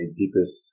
deepest